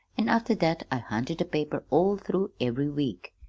an' after that i hunted the paper all through every week.